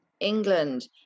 England